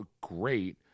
great